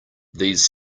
these